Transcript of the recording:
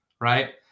right